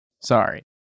Sorry